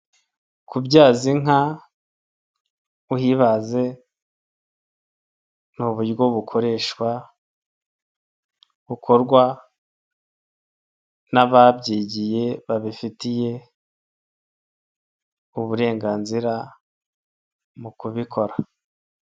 Kubyaza inka uyibaze ni uburyo bukoreshwa bukorwa n'ababyigiye babifitiye uburenganzira mu kubikora.